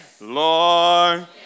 Lord